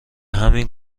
همین